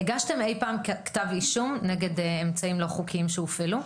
הגשתם אי פעם כתב אישום נגד אמצעים לא חוקיים שהופעלו?